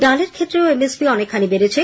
ডালের ক্ষেত্রেও এমএসপি অনেকখানি বেডেছে